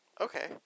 okay